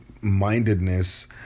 Mindedness